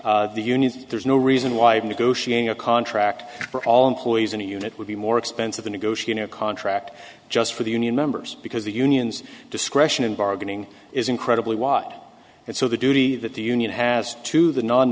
not the unions there's no reason why of negotiating a contract for all employees in a unit would be more expensive the negotiate a contract just for the union members because the unions discretion in bargaining is incredibly wide and so the duty that the union has to the non